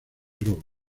robos